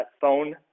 phone